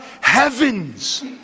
heavens